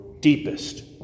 deepest